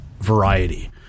variety